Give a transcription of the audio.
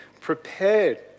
prepared